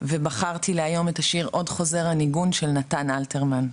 ובחרתי להיום את השיר "עוד חוזר הניגון" של נתן אלתרמן: